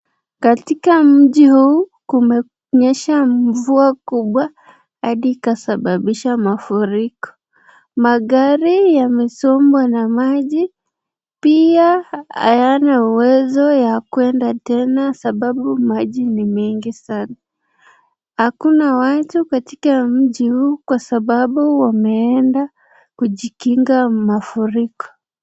Katika mji huu, kumenyesha mvua kubwa hadi ikasababisha mafuriko. Magari yamesombwa na maji. Pia hayana uwezo ya kuenda tena sababu maji ni mengi sana. Hakuna watu katika mji huu kwa sababu wameenda kujikinga mafuriko.